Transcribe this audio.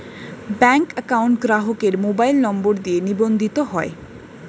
bank account গ্রাহকের mobile number দিয়ে নিবন্ধিত হয়